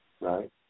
right